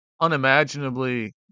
unimaginably